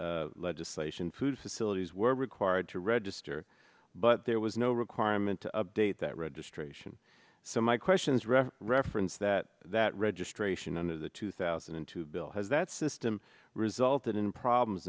legislation food facilities were required to register but there was no requirement to update that registration so my question is rather reference that that registration under the two thousand and two bill has that system resulted in problems